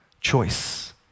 Choice